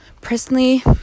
personally